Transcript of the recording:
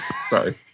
Sorry